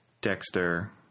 Dexter